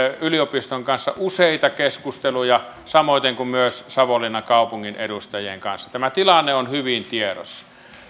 yliopiston kanssa useita keskusteluja samoiten kuin myös savonlinnan kaupungin edustajien kanssa tämä tilanne on hyvin tiedossa